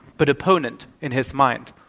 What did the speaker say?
but opponent, in his mind.